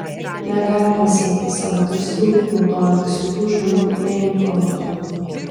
negalima siekti savo tikslų naudojantis kitų žmonių neinformuotumu